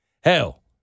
Hell